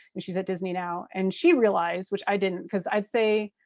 she's at disney now and she realized, which i didn't because i'd say,